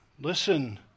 Listen